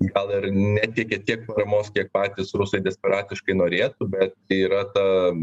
gal ir neteikia tiek paramos kiek patys rusai desperatiškai norėtų bet yra ta